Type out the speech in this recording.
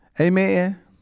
Amen